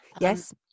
Yes